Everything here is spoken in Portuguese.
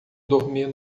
dormir